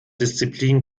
disziplin